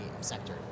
sector